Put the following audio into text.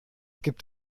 gibt